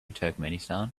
turkmenistan